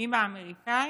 עם האמריקנים,